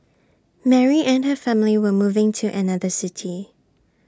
Mary and her family were moving to another city